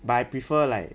but I prefer like